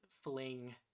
fling